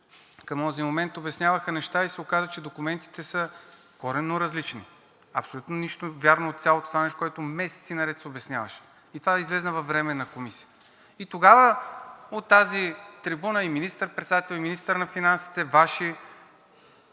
към онзи момент обясняваха неща и се оказа, че документите са коренно различни. Абсолютно нищо вярно от цялото това нещо, което месеци наред се обясняваше, и това излезе във Временната комисия. И тогава от тази трибуна и министър-председателят и министърът на финансите – Ваши